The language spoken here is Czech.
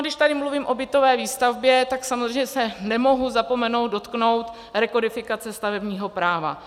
Když tady mluvím o bytové výstavbě, tak samozřejmě se nemohu zapomenout dotknout rekodifikace stavebního práva.